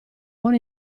buon